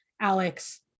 Alex